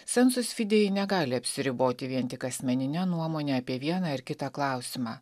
sensus fidėji negali apsiriboti vien tik asmenine nuomone apie vieną ar kitą klausimą